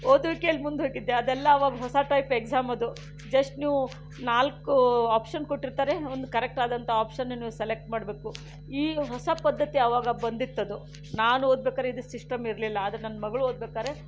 ಓದುವಿಕೆಯಲ್ಲಿ ಮುಂದೋಗಿದ್ದೆ ಅದೆಲ್ಲ ಆವಾಗ ಹೊಸ ಟೈಪ್ ಎಕ್ಸಾಮ್ ಅದು ಜಸ್ಟ್ ನೀವು ನಾಲ್ಕು ಆಪ್ಶನ್ ಕೊಟ್ಟಿರ್ತಾರೆ ಒಂದು ಕರೆಕ್ಟ್ ಆದಂತಹ ಆಪ್ಶನನ್ನು ಸೆಲೆಕ್ಟ್ ಮಾಡಬೇಕು ಈ ಹೊಸ ಪದ್ಧತಿ ಆವಾಗ ಬಂದಿತ್ತದು ನಾನು ಓದ್ಬೇಕಾದ್ರೆ ಇದು ಸಿಸ್ಟಮ್ ಇರಲಿಲ್ಲ ಆದರೆ ನನ್ನ ಮಗಳು ಓದ್ಬೇಕಾದ್ರೆ